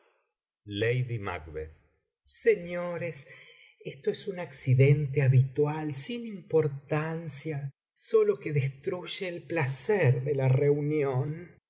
lady mac señores esto es un accidente habitual sin importancia solo que destruye el placer de la reunión